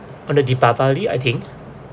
on the deepavali I think